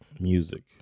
music